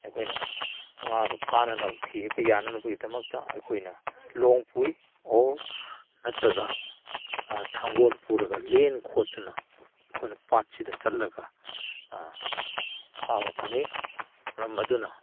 ꯑꯩꯈꯣꯏꯅ ꯉꯥꯗꯨ ꯐꯥꯅꯅꯕ ꯊꯤꯕ ꯌꯥꯅꯅꯕꯒꯤꯗꯃꯛꯇ ꯑꯩꯈꯣꯏꯅ ꯂꯣꯡ ꯄꯨꯏ ꯑꯣꯔ ꯅꯠꯇ꯭ꯔꯒ ꯊꯥꯡꯒꯣꯜ ꯄꯨꯔꯒ ꯂꯦꯟ ꯈꯣꯠꯇꯅ ꯑꯩꯈꯣꯏꯅ ꯄꯥꯠꯁꯤꯗ ꯆꯠꯂꯒ ꯐꯥꯕ ꯐꯪꯉꯤ ꯃꯔꯝ ꯑꯗꯨꯅ